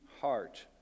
heart